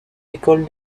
ecole